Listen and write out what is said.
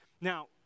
Now